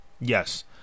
Yes